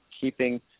keeping